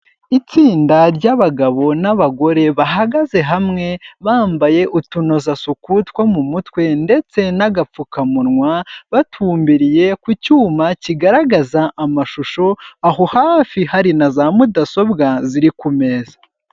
Itsinda ry'abagabo n'abagore, bahagaze hamwe, bambaye utunozasuku two mu mutwe, ndetse n'agapfukamunwa, batumbiriye ku cyuma kigaragaza amashusho, aho hafi hari na za mudasobwa, ziri ku meza.